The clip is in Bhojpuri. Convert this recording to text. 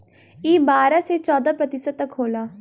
ई बारह से चौदह प्रतिशत तक होला